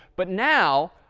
but now,